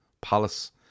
Palace